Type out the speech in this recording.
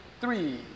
three